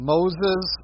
Moses